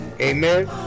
Amen